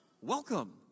Welcome